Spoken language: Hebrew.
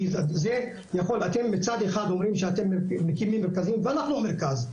כי אתם מצד אחד אומרים שאתם מקימים מרכזים ואנחנו מרכז,